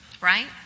Right